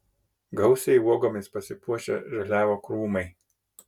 gausiai uogomis pasipuošę žaliavo krūmai